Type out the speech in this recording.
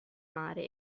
mare